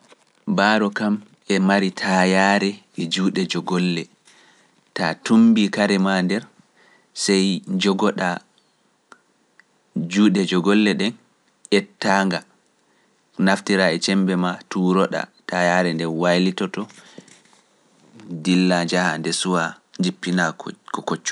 Baaro kam e mari taayaare e juuɗe jogolle, taa tumbi kare maa nder, sey njogoɗa juuɗe jogolle ɗen, 'yetta nga naftiraa e ceembe maa tuuroɗa, taayaare nde waylitoto, ndilla njaha nde suwaa, jippinaa ko koccu.